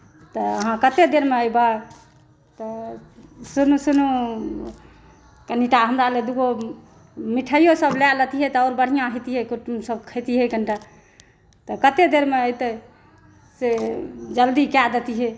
तऽ अहाँ कते देरमे एबै तऽ सुनू सुनू कनिटा हमरा लए दूगो मिठाइओ सभ लए लेतिए तऽ बढ़िऑं हेतियै सभ खेतिए कनिटा तऽ कते देरमे एतै से जल्दी कए देतिऐयै